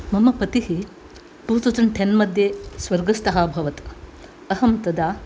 मम पतिः two thousand ten मध्ये स्वर्गस्थः अभवत् अहं तदा